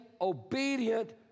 obedient